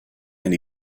and